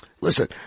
listen